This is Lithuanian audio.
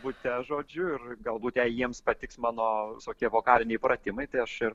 bute žodžiu ir galbūt jei jiems patiks mano visokie vokaliniai pratimai tai aš ir